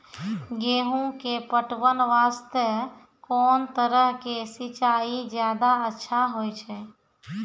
गेहूँ के पटवन वास्ते कोंन तरह के सिंचाई ज्यादा अच्छा होय छै?